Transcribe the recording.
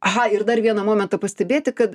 aha ir dar vieną momentą pastebėti kad